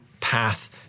path